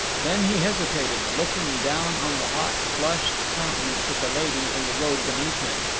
then he hesitated, looking down on the hot, flushed countenance of the lady in the road beneath him.